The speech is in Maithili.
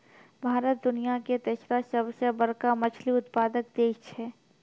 भारत दुनिया के तेसरो सभ से बड़का मछली उत्पादक देश छै